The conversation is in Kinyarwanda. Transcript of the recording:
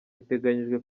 biteganyijwe